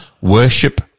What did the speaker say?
Worship